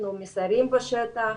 אנחנו מסיירים בשטח.